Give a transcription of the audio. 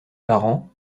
parents